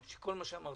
גמל) (הוצאות ישירות בשל ביצוע עסקאות) (הוראת השעה),